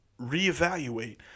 reevaluate